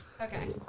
Okay